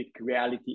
reality